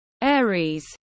Aries